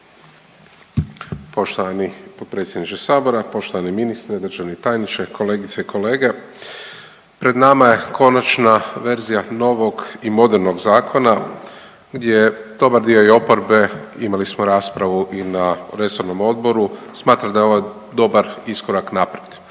Poštovani potpredsjedniče sabora, poštovani ministre, državni tajniče, kolegice i kolege, pred nama je konačna verzija novog i modernog zakona gdje dobar dio i oporbe, imali smo raspravu i na resornom odboru, smatram da je ovo dobar iskorak naprijed.